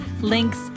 links